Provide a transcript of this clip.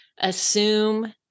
assume